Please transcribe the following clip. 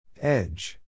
Edge